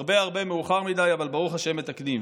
הרבה מאוד מאוחר מדי, אבל ברוך השם מתקנים.